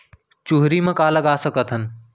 चुहरी म का लगा सकथन?